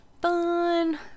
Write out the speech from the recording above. fun